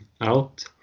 out